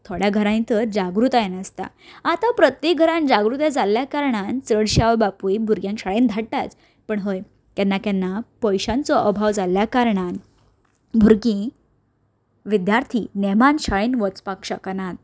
थोड्या घरांनी तर जागृताय नासता आतां प्रत्येक घरान जागृताय जाल्ल्या कारणान चडशे आवय बापूय भुरग्यांक शाळेन धाडटाच पूण हय केन्नाकेन्नाय पयशांचो अभाव जाल्ल्या कारणान भुरगीं विद्यार्थी नेमान शाळेन वचपाक शकनात